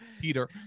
Peter